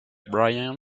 brian